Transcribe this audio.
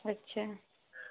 अच्छा